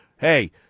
Hey